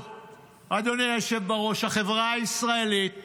אדוני היושב בראש, החברה הישראלית